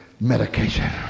medication